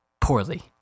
poorly